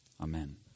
amen